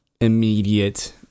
immediate